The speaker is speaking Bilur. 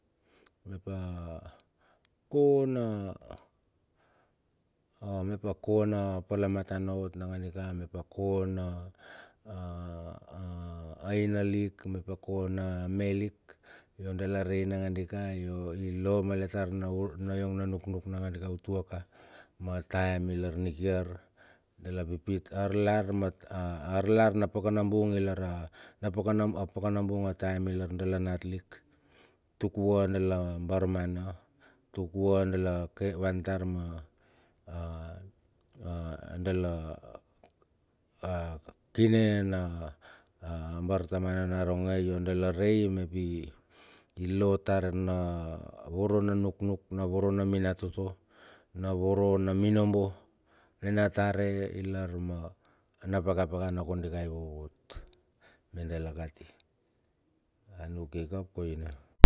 Mep a kona mep a kona pala matana nangadi mep a kona a a a aina lik mep a kona me lik. Yo dala rei nangadika ilomalet tar na ur na iong na nuknuk nadika utuaka ma taem ilar nikiar dala pipit arlar, arlar na pakana bung lar a pakana bung a taaem ilar dala natlik tuk vua dala barmana tuk vua dala vantar ma a a dala a kine na bartamana naronge yo dala rei map. I lotar navorona nuk nuk na varo na minat toto na voro na minobo ne na tare lar ma na pakapakana kondika ivovot medala kati anuk ika ap koina.